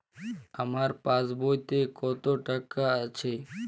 আমার পাসবইতে কত টাকা আছে?